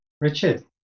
richard